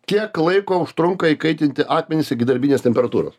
kiek laiko užtrunka įkaitinti akmenis iki darbinės temperatūros